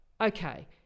Okay